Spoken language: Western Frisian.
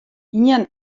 ien